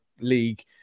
League